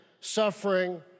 suffering